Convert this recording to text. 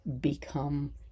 become